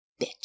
bitch